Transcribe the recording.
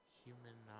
human